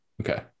Okay